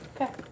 Okay